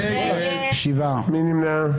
מי נמנע?